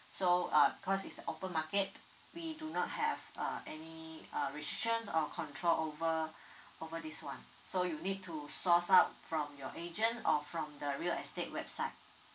so uh because it's open market we do not have uh any uh restrictions or control over over this one so you need to source out from your agent or from the real estate website